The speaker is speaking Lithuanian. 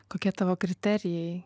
kokie tavo kriterijai